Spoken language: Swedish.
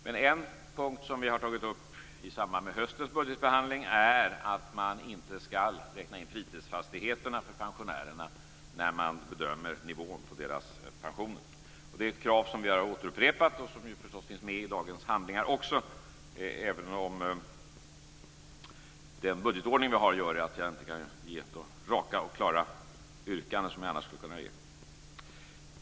Men en punkt som vi har tagit upp i samband med höstens budgetbehandling är att man inte skall räkna in fritidsfastigheterna för pensionärerna när man bedömer nivån på deras pensioner. Det är ett krav som vi har upprepat, och som förstås finns med också i dagens handlingar - även om den budgetordning vi har gör att jag inte kan ge de raka och klara yrkanden som jag annars skulle kunna ge.